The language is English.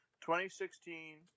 2016